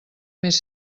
més